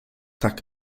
tak